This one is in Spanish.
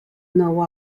nuevo